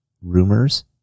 Rumors